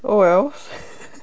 oh wells